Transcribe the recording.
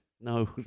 No